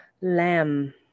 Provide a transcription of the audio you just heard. Lamb